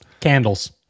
Candles